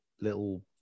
little